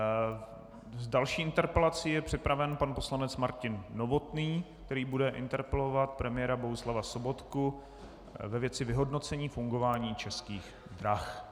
S další interpelací je připraven pan poslanec Martin Novotný, který bude interpelovat premiéra Bohuslava Sobotku ve věci vyhodnocení fungování Českých drah.